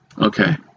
Okay